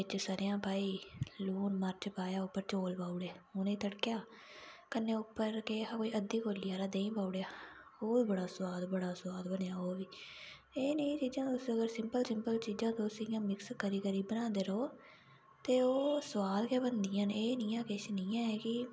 बिच सरेआं पाई लून मर्च पाया उप्पर चौल पाई ओड़े उनें ई तड़केआ कन्नै उप्पर केह् हा कोई अद्धी कौल्ली हारा देहीं पाई ओड़ेआ ओह् बड़ा सोआद बड़ा सोआद बनेआ ओह् एह् नेहीं चीज़ां तुस सिंपल सिंपल चीज़ां तुस मिक्स करी करी बनांदे र'वो ते ओह् सोआद गै बधी आ न एह् किश निं ऐ कि